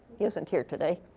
he isn't here today.